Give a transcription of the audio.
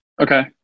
Okay